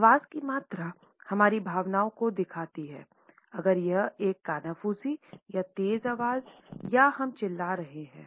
आवाज़ की मात्रा हमारी भावनाओं को दिखाती है अगर यह एक कानाफूसी या तेज़ आवाज़ या हम चिल्ला रहे हैं